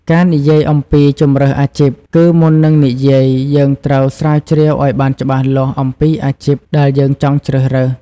ការនិយាយអំពីជម្រើសអាជីព គឺមុននឹងនិយាយ យើងត្រូវស្រាវជ្រាវឲ្យបានច្បាស់លាស់អំពីអាជីពដែលយើងចង់ជ្រើសរើស។